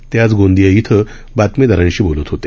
ते आज गोंदिया इथं बातमीदारांशी बोलत होते